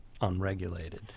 unregulated